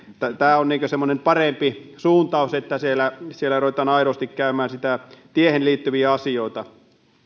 tämä on semmoinen parempi suuntaus että siellä siellä ruvetaan aidosti käymään niitä tiehen liittyviä asioita